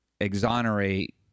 exonerate